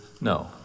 No